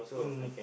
mm